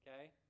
okay